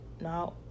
now